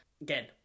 Again